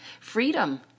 Freedom